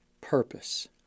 purpose